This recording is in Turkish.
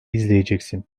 izleyeceksin